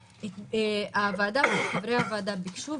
הוועדה וחברי הוועדה ביקשו,